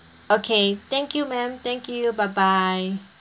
okay thank you ma'am thank you bye bye